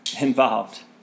involved